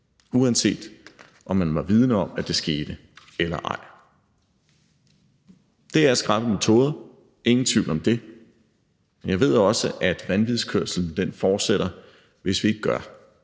uanset om man var vidende om, at det skete, eller ej. Det er skrappe metoder, ingen tvivl om det, men jeg ved også, at vanvidskørslen fortsætter, hvis vi ikke gør